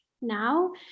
now